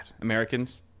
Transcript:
americans